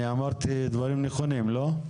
אני אמרתי דברים נכונים, לא?